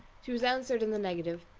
she was answered in the negative.